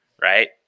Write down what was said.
right